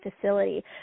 facility